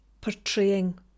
portraying